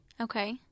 okay